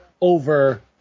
over